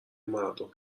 مردم